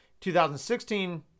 2016